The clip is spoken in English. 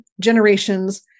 generations